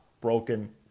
broken